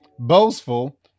boastful